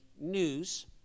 news